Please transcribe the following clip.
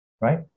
Right